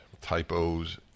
Typos